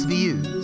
Views